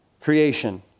creation